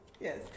yes